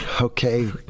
Okay